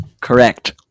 Correct